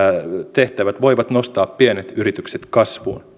tehtävät voivat nostaa pienet yritykset kasvuun